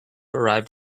arrived